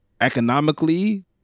economically